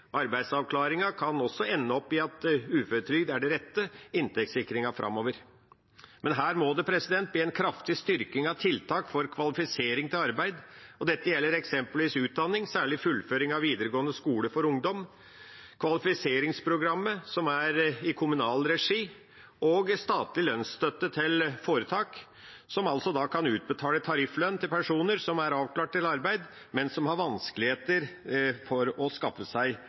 kan også ende opp i at uføretrygd er den rette inntektssikringen framover. Men her må det bli en kraftig styrking av tiltak for kvalifisering til arbeid. Dette gjelder eksempelvis utdanning, særlig fullføring av videregående skole for ungdom, kvalifiseringsprogrammet som er i kommunal regi, og statlig lønnsstøtte til foretak, som da kan utbetale tarifflønn til personer som er avklart til arbeid, men som har vanskeligheter med å skaffe seg